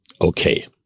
Okay